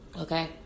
Okay